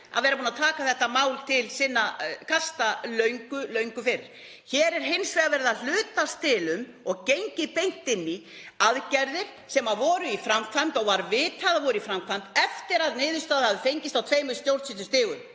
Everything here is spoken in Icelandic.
að vera búin að taka þetta mál til sinna kasta löngu, löngu fyrr. Hér er hins vegar verið að hlutast til um og gengið beint inn í aðgerðir sem voru í framkvæmd og var vitað að voru í framkvæmd eftir að niðurstaða hafði fengist á tveimur sjálfstæðum